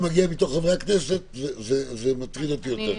מגיע מתוך חברי הכנסת זה מטריד אותי יותר.